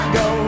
go